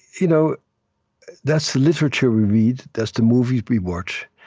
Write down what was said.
you know that's the literature we read, that's the movies we watch,